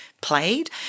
played